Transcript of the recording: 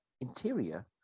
Interior